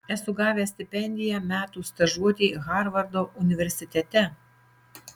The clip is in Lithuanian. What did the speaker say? esu gavęs stipendiją metų stažuotei harvardo universitete